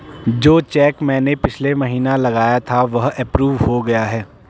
जो चैक मैंने पिछले महीना लगाया था वह अप्रूव हो गया है